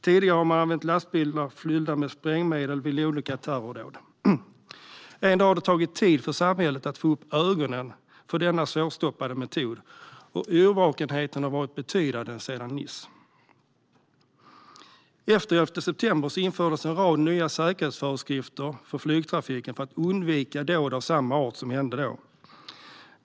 Tidigare har man använt lastbilar fyllda med sprängmedel vid olika terrordåd. Ändå har det tagit tid för samhället att få upp ögonen för denna svårstoppade metod, och yrvakenheten har varit betydande efter Nice. Efter 11 september infördes en rad nya säkerhetsföreskrifter för flygtrafiken för att undvika dåd av samma art.